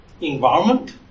environment